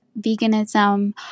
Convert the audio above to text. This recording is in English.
veganism